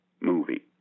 movie